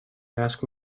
ask